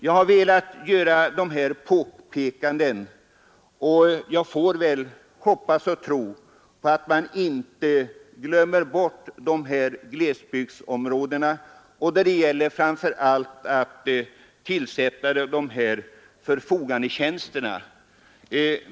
Jag har velat göra det här påpekandet i hopp om att man inte skall glömma bort glesbygdsområdena i Härjedalen, framför allt när det gäller att tillsätta förfogandetjänsterna.